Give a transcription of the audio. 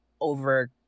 over